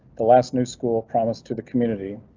the last new school promised to the community.